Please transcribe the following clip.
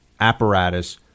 apparatus